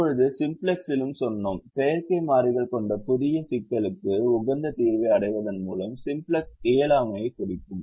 இப்போது சிம்ப்ளெக்ஸிலும் சொன்னோம் செயற்கை மாறிகள் கொண்ட புதிய சிக்கலுக்கு உகந்த தீர்வை அடைவதன் மூலம் சிம்ப்ளக்ஸ் இயலாமையைக் குறிக்கும்